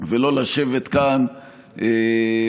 ולא לשבת כאן ובסוף